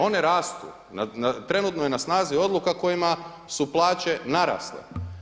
One rastu, trenutno je na snazi odluka kojima su plaće narasle.